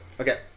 Okay